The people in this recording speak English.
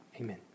Amen